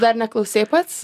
dar neklausei pats